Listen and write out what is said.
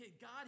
God